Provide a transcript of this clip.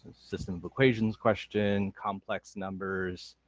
system of equations questions, complex numbers,